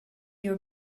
your